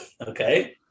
Okay